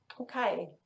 okay